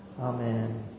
Amen